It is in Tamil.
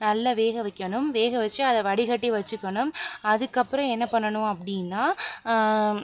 நல்லா வேக வைக்கணும் வேக வச்சு அதை வடிகட்டி வச்சுக்கணும் அதுக்கப்புறம் என்ன பண்ணணும் அப்படின்னா